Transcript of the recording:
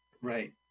Right